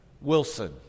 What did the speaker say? Wilson